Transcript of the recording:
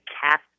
cast